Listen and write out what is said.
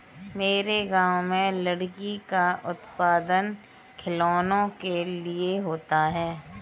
मेरे गांव में लकड़ी का उत्पादन खिलौनों के लिए होता है